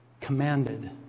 Commanded